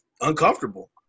uncomfortable